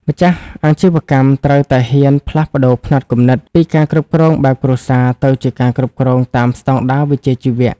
ម្ចាស់អាជីវកម្មត្រូវតែហ៊ាន "ផ្លាស់ប្តូរផ្នត់គំនិត" ពីការគ្រប់គ្រងបែបគ្រួសារ ទៅជាការគ្រប់គ្រងតាមស្ដង់ដារវិជ្ជាជីវៈ។